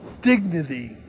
dignity